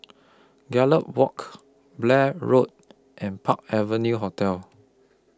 Gallop Walk Blair Road and Park Avenue Hotel